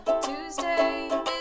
Tuesday